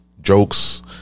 jokes